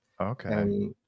Okay